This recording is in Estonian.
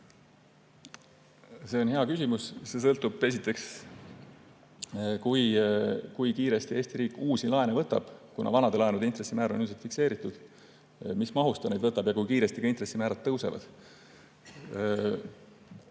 See on hea küsimus. See sõltub esiteks sellest, kui kiiresti Eesti riik uusi laene võtab, kuna vanade laenude intressimäär on ilmselt fikseeritud, ning mis mahus ta neid võtab ja kui kiiresti intressimäärad tõusevad.